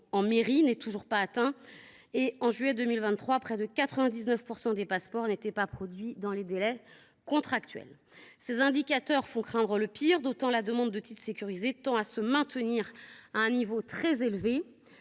en mairie n’est toujours pas atteint et, en juillet 2023, près de 99 % des passeports n’étaient pas produits dans les délais contractuels. Ces indicateurs font craindre le pire, d’autant que la demande de titres sécurisés tend à se maintenir à un niveau très élevé